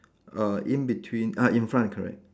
err in between ah in front correct